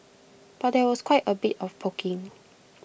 but there was quite A bit of poking